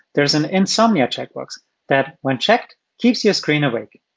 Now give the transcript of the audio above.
there is an insomnia checkbox that, when checked, keeps your screen awake.